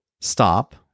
stop